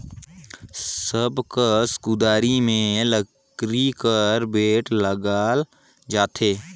सब कस कुदारी मे लकरी कर बेठ लगाल जाथे